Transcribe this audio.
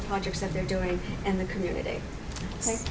the projects that they're doing and the community